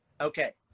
Okay